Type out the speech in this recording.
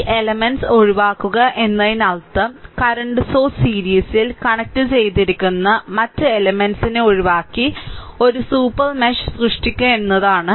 ഈ എലെമെന്റ്സ് ഒഴിവാക്കുക എന്നതിനർത്ഥം കറന്റ് സോഴ്സ് സീരിസിൽ കണക്റ്റുചെയ്തിരിക്കുന്ന മറ്റ് എലെമെന്റ്സ് ഒഴിവാക്കി ഒരു സൂപ്പർ മെഷ് സൃഷ്ടിക്കുക എന്നാണ്